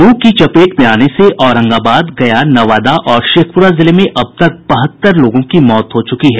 लू की चपेट में आने से औरंगाबाद गया नवादा और शेखपुरा जिले में अब तक बहत्तर लोगों की मौत हो चुकी है